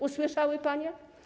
Usłyszały panie?